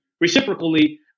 reciprocally